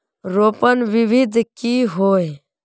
रोपण विधि की होय?